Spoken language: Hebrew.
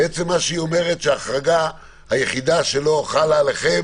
היא אומרת שההחרגה היחידה שלא חלה עליכם